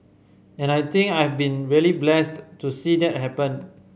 and I think I've been really blessed to see that happen